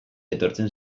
etortzen